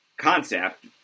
concept